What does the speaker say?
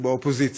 שהוא באופוזיציה,